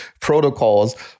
protocols